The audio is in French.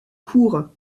court